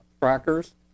trackers